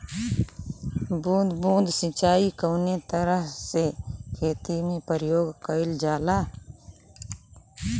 बूंद बूंद सिंचाई कवने तरह के खेती में प्रयोग कइलजाला?